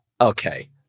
okay